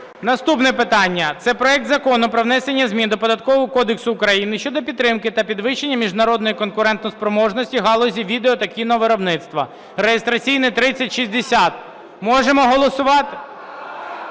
правками проект Закону про внесення змін до Податкового кодексу України щодо підтримки та підвищення міжнародної конкурентоспроможності галузі відео- та кіно-виробництва (реєстраційний номер 3060). Готові голосувати?